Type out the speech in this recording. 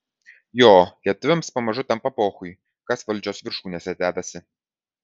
jo lietuviams pamažu tampa pochui kas valdžios viršūnėse dedasi